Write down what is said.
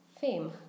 fame